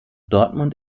dortmund